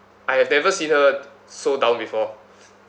I have never seen her so down before